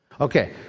Okay